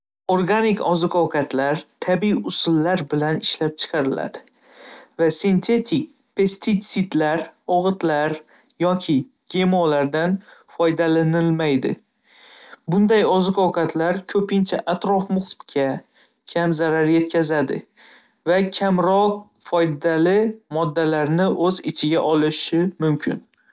﻿Organik oziq-ovkatlar tabiiy usullar bilan ishlab chiqariladi va sintetik pestitsidlar ogʻitlar yoki gemolardan foydalanilmaydi. Bunday oziq-ovqatlar koʻpincha atrof muhitga, kam zarar yetkazadi va kamroq foydali moddalarni oʻz ichiga olishi mumkin.